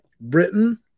Britain